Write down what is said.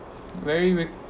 very very